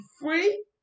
free